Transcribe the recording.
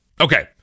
Okay